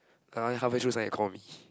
uh halfway through suddenly you call me